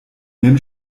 mem